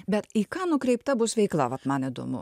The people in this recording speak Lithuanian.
bet į ką nukreipta bus veikla vat man įdomu